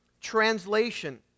translation